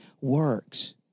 works